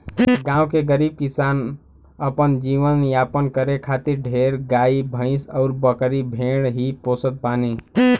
गांव के गरीब किसान अपन जीवन यापन करे खातिर ढेर गाई भैस अउरी बकरी भेड़ ही पोसत बाने